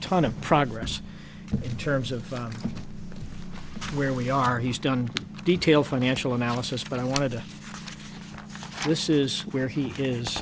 ton of progress in terms of where we are he's done detailed financial analysis but i wanted to this is where he is